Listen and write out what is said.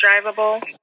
drivable